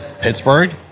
Pittsburgh